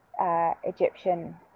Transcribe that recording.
Egyptian